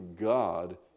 God